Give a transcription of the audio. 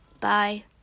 bye